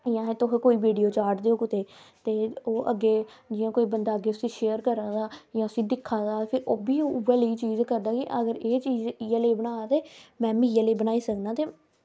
ते कुतै वीडियो चाढ़दे एह् ते ओह् कुतै कोई अग्गें वीडियो शेयर करदा जां भी उसी दिक्खा दा ओह्बी उऐ नेही चीज़ कड्ढदी अगर ओह् अपने लेई एह् जेही चीज़ बना दा ते में बी इयै नेही बनाई सकदी ऐ ते